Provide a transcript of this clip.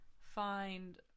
find